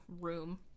room